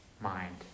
mind